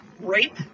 rape